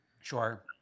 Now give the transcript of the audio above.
Sure